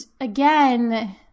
again